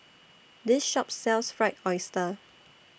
This Shop sells Fried Oyster